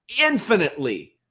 infinitely